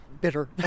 bitter